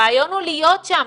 הרעיון הוא להיות שם.